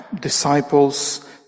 disciples